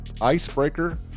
icebreaker